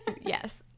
Yes